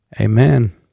Amen